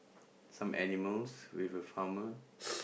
some animals with a farmer